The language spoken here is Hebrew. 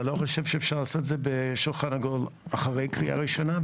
אתה לא חושב שאפשר לעשות את זה בשולחן עגול אחרי קריאה ראשונה,